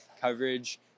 Coverage